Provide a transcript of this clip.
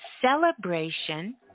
celebration